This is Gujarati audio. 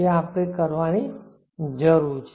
કે આપણે આ કરવાની જરૂર છે